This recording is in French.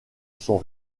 son